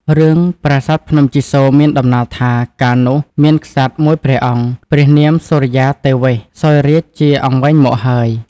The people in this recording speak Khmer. រឿង ប្រាសាទភ្នំជីសូរមានដំណាលថា កាលនោះ មានក្សត្រមួយព្រះអង្គ ព្រះនាមសុរិយាទេវេស សោយរាជ្យជាអង្វែងមកហើយ ។